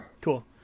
Cool